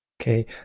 Okay